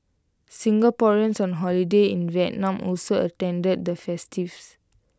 Singaporeans on holiday in Vietnam also attended the festivities